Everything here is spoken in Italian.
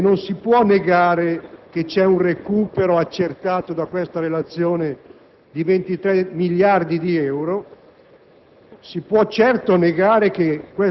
Eppure non si può negare che c'è un recupero, accertato dalla relazione, di 23 miliardi di euro.